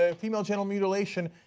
ah female genital mutilation,